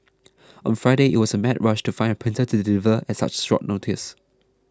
on Friday it was a mad rush to find a printer to deliver at such short notice